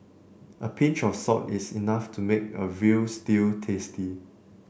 a pinch of salt is enough to make a veal stew tasty